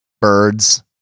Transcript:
birds